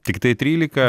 tiktai trylika